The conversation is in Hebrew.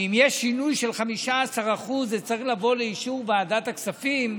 שאם יש שינוי של 15% זה צריך לבוא לאישור ועדת הכספים,